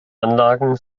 anlagen